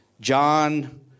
John